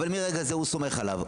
מרגע זה הוא סומך עליו.